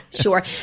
sure